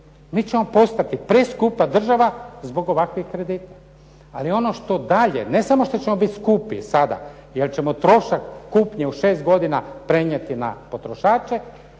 Mi ćemo postati preskupa država zbog ovakvih kredita. Ali ono što dalje, ne samo što ćemo biti skupi sada jer ćemo trošak kupnje u šest godina prenijeti na potrošače